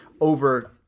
over